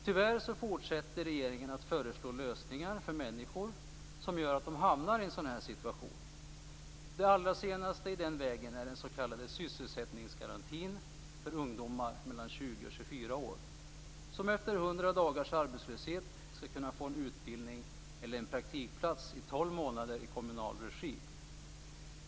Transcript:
Tyvärr forsätter regeringen att föreslå lösningar som gör att människor hamnar i en sådan situation. Det allra senaste i den vägen är den s.k. sysselsättningsgarantin för ungdomar mellan 20 och 24 år, som efter 100 dagars arbetslöshet skall kunna få en utbildning eller en praktikplats i tolv månader i kommunal regi.